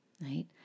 right